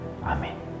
Amen